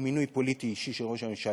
הוא מינוי פוליטי אישי של ראש הממשלה,